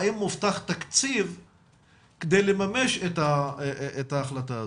האם מובטח תקציב כדי לממש את ההחלטה הזו?